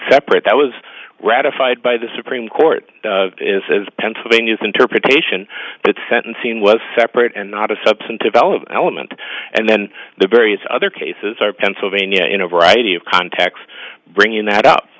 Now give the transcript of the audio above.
separate that was ratified by the supreme court is pennsylvania's interpretation but sentencing was separate and not a substantive elop element and then the various other cases are pennsylvania in a variety of contexts bringing that up